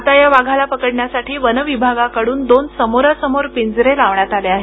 आता या वाघाला पकडण्यासाठी वनविभागाकडून दोन समोरासमोर पिंजरे लावण्यात आले आहेत